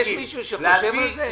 יש מישהו שחושב על זה?